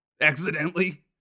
accidentally